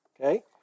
okay